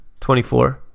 24